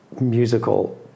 musical